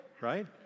right